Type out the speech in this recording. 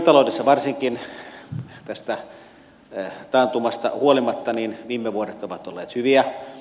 biotaloudessa varsinkin tästä taantumasta huolimatta viime vuodet ovat olleet hyviä